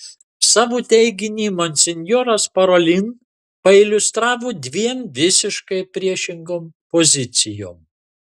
savo teiginį monsinjoras parolin pailiustravo dviem visiškai priešingom pozicijom